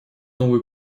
новые